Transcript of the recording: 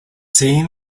seen